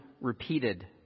repeated